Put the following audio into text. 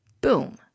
Boom